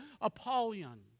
Apollyon